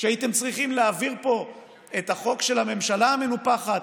כשהייתם צריכים להעביר פה את החוק של הממשלה המנופחת,